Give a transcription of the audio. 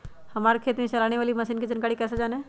हमारे खेत में चलाने वाली मशीन की जानकारी कैसे जाने?